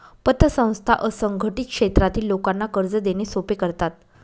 पतसंस्था असंघटित क्षेत्रातील लोकांना कर्ज देणे सोपे करतात